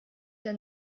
der